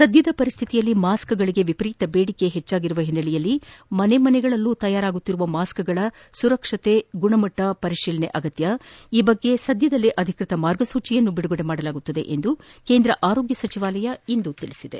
ಸದ್ದದ ಪರಿಸ್ಥಿತಿಯಲ್ಲಿ ಮಾಸ್ತ್ಗಳಿಗೆ ವಿಪರೀತ ಬೇಡಿಕೆ ಇರುವ ಹಿನ್ನೆಲೆಯಲ್ಲಿ ಮನೆ ಮನೆಗಳಲ್ಲಿ ತಯಾರಾಗುತ್ತಿರುವ ಮಾಸ್ಕ್ಗಳ ಸುರಕ್ಷತೆ ಮತ್ತು ಗುಣಮಟ್ಟ ಪರಿಶೀಲನೆ ಅಗತ್ಯ ಈ ಬಗ್ಗೆ ಸದ್ದದಲ್ಲೇ ಅಧಿಕೃತ ಮಾರ್ಗಸೂಚಿಯನ್ನು ಹೊರಡಿಸಲಾಗುವುದು ಎಂದು ಕೇಂದ್ರ ಆರೋಗ್ಯ ಸಚಿವಾಲಯ ತಿಳಿಸಿದೆ